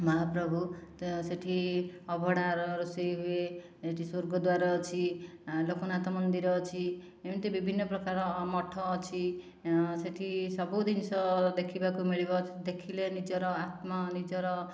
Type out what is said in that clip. ମହାପ୍ରଭୁ ତ ସେଠି ଅଭଡ଼ା ରୋଷେଇ ହୁଏ ଏଠି ସ୍ୱର୍ଗଦ୍ୱାର ଅଛି ଲୋକନାଥ ମନ୍ଦିର ଅଛି ଏମିତି ବିଭିନ୍ନ ପ୍ରକାର ମଠ ଅଛି ସେଠି ସବୁ ଜିନିଷ ଦେଖିବାକୁ ମିଳିବ ଦେଖିଲେ ନିଜର ଆତ୍ମା ନିଜର